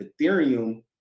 Ethereum